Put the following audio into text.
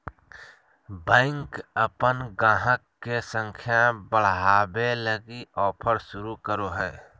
bank अपन गाहक के संख्या बढ़ावे लगी ऑफर शुरू करो हय